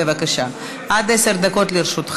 רבותיי,